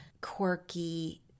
quirky